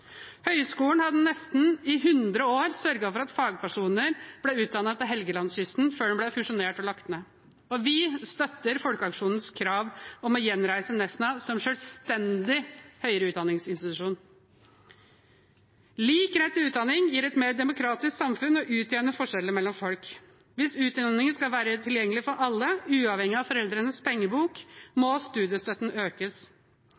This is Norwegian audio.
Høyskolen hadde i nesten 100 år sørget for at fagpersoner ble utdannet til Helgelandskysten, før den ble fusjonert og lagt ned. Vi støtter folkeaksjonens krav om å gjenreise Nesna som selvstendig høyere utdanningsinstitusjon. Lik rett til utdanning gir et mer demokratisk samfunn og utjevner forskjellene mellom folk. Hvis utdanningen skal være tilgjengelig for alle, uavhengig av foreldrenes pengebok,